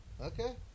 Okay